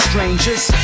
Strangers